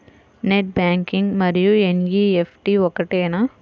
Net banking మరియు NEFT ఒకటేనా?